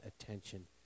attention